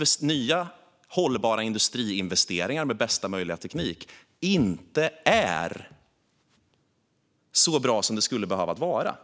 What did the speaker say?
och nya hållbara industriinvesteringar med bästa möjliga teknik, inte är så bra som det skulle behöva vara.